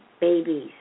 babies